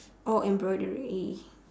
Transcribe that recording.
oh embroidery